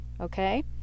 Okay